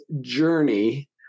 journey